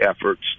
efforts